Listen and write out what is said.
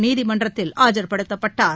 நீதிமன்றத்தில் ஆஐர்படுத்தப்பட்டார்